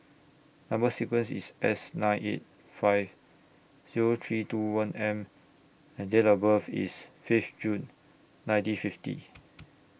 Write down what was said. Number sequence IS S nine eight five Zero three two one M and Date of birth IS Fifth June nineteen fifty